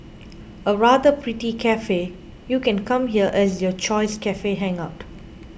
a rather pretty cafe you can come here as your choice cafe hangout